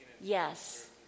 yes